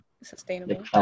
sustainable